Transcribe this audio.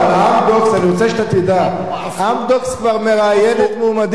"אמדוקס" כבר מראיינת מועמדים.